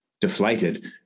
Deflated